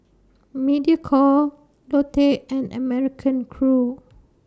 Mediacorp Lotte and American Crew